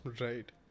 Right